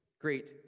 great